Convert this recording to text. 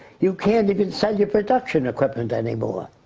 you can't even set your production equipment anymore.